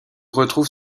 retrouve